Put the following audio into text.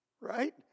Right